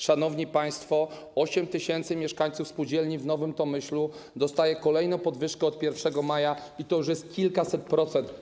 Szanowni państwo, 8 tys. mieszkańców spółdzielni w Nowym Tomyślu dostaje kolejną podwyżkę od 1 maja, i to już jest kilkaset procent.